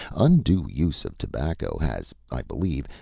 undue use of tobacco has, i believe,